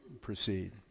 proceed